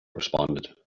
responded